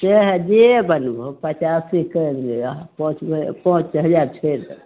चाहे जे बनबहो पचासी कैरि लिअ पॉंचमे पॉंच हजार छोड़ि